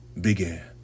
began